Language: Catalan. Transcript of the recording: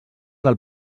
del